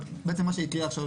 בעצם מה שהקריאה עכשיו